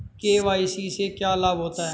KYC से क्या लाभ होता है?